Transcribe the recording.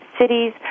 cities